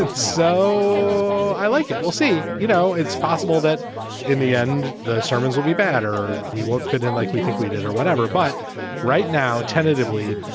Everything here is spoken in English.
and so i like it. we'll see. you know, it's possible that in the end the sermons will be bad or we won't fit in like we think we did or whatever but right now, tentatively,